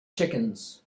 chickens